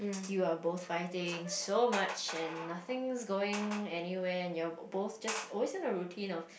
you are both fighting so much and nothing is going anywhere and your you both just always in a routine of